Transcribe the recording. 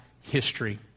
history